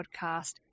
Podcast